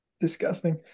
Disgusting